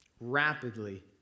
rapidly